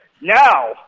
now